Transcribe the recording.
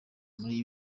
muri